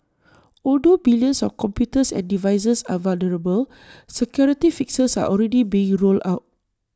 although billions of computers and devices are vulnerable security fixes are already being rolled out